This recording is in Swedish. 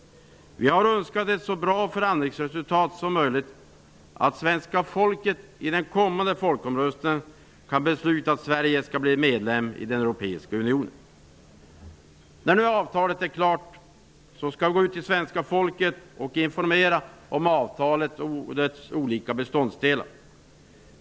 Vi har önskat att förhandlingsresultatet skulle bli så bra som möjligt så att svenska folket i den kommande folkomröstningen kan besluta att Sverige skall bli medlem i den europeiska unionen. När nu avtalet är klart skall vi gå ut till svenska folket och informera om avtalet och dess olika beståndsdelar.